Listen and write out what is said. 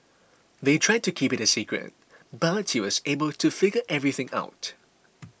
they tried to keep it a secret but he was able to figure everything out